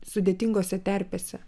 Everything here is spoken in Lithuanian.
sudėtingose terpėse